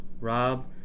Rob